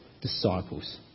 disciples